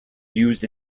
used